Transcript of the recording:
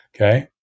Okay